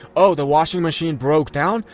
oh the washing machine broke down?